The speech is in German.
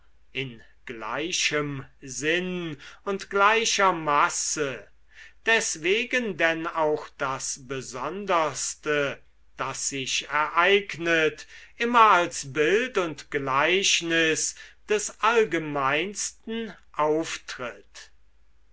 in gleichem sinn und gleicher maße deswegen denn auch das besonderste das sich ereignet immer als bild und gleichnis des allgemeinsten auftritt